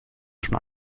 schon